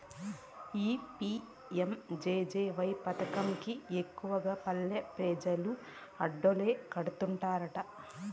ఈ పి.యం.జె.జె.వై పదకం కి ఎక్కువగా పల్లె పెజలు ఆడోల్లే కట్టన్నారట